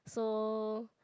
so